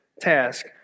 task